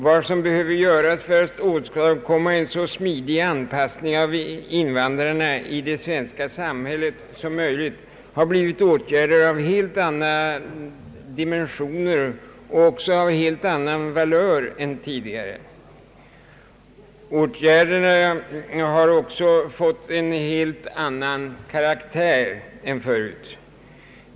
Vad som behöver göras för att åstadkomma en så smidig anpassning som möjligt av invandrarna i det svenska samhället är åtgärder av helt andra dimensioner och helt annan valör än tidigare. Åtgärderna har också fått en helt annan karaktär än förut.